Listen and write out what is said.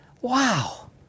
Wow